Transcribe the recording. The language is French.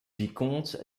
vicomte